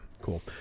Cool